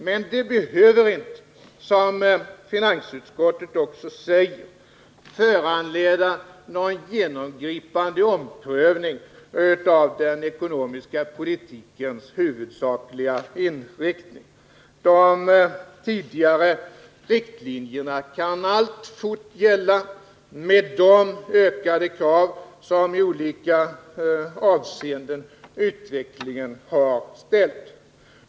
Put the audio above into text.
Men det behöver inte, som finansutskottet också säger, föranleda någon genomgripande omprövning av den ekonomiska politikens huvudsakliga inriktning. De tidigare riktlinjerna kan alltfort gälla, med de ökade krav som utvecklingen i olika avseenden har ställt.